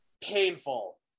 painful